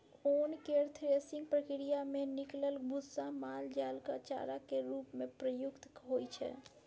ओन केर थ्रेसिंग प्रक्रिया मे निकलल भुस्सा माल जालक चारा केर रूप मे प्रयुक्त होइ छै